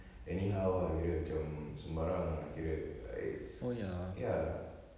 anyhow ah kira macam sembarang ah kira uh it's ya